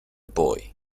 boy